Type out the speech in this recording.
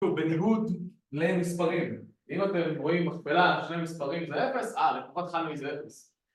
בניגוד למספרים אם אתם רואים מכפלה של מספרים זה אפס, אה לפחות אחד מהם זה אפס